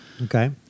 Okay